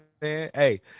Hey